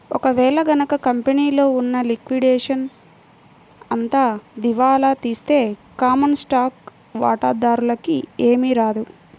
ఒక వేళ గనక కంపెనీలో ఉన్న లిక్విడేషన్ అంతా దివాలా తీస్తే కామన్ స్టాక్ వాటాదారులకి ఏమీ రాదు